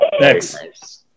Next